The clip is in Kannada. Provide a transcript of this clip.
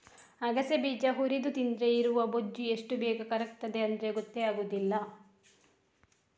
ಅಗಸೆ ಬೀಜ ಹುರಿದು ತಿಂದ್ರೆ ಇರುವ ಬೊಜ್ಜು ಎಷ್ಟು ಬೇಗ ಕರಗ್ತದೆ ಅಂದ್ರೆ ಗೊತ್ತೇ ಆಗುದಿಲ್ಲ